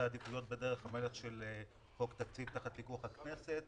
עדיפויות בדרך המלך של חוק תקציב תחת פיקוח הכנסת